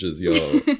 y'all